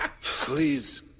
Please